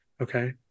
Okay